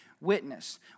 witness